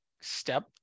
step